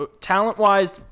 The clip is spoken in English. Talent-wise